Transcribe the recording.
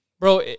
bro